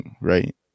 right